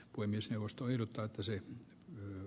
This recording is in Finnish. puhemiesneuvosto ehdottaa että se myy